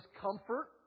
comfort